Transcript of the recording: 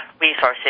resources